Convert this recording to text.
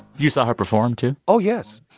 you saw her perform, too? oh, yes.